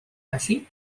felly